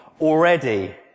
already